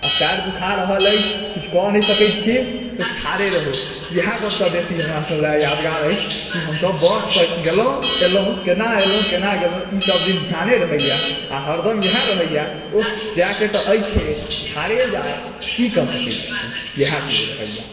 आ पैर दुखा रहल अछि किछु कहि नहि सकै छी बस ठाढ़े रहू इएह सभसँ बेसी हमरा सभ लेल यादगार अछि कि हमसभ बस सँ गेलहुँ एलहुँ केना अयलहुॅं गेलहुँ ई सभ दिन ध्याने रहैया आ हरदम इएह रहैया ओह जायके तऽ अछिये ठाढ़े जाएब की कऽ सकै छी इएह चीज रहैया